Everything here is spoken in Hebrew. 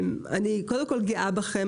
אני גאה בכן.